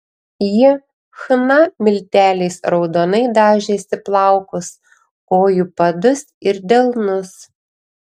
ji chna milteliais raudonai dažėsi plaukus kojų padus ir delnus